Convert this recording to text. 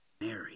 Mary